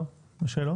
טוב, יש שאלות?